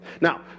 Now